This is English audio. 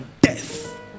death